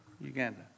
Uganda